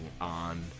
on